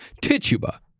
Tituba